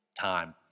Time